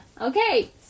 okay